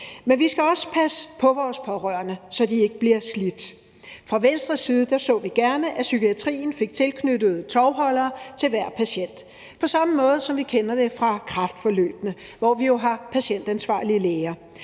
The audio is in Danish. Men vi skal også passe på vores pårørende, så de ikke bliver slidt. Fra Venstres side så vi gerne, at psykiatrien fik tilknyttet tovholdere til hver patient på samme måde, som vi kender det fra kræftforløbene, hvor vi jo har patientansvarlige læger.